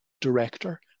director